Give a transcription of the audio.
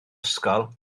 ysgol